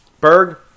Berg